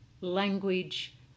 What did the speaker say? language